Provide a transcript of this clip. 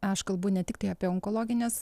aš kalbu ne tiktai apie onkologines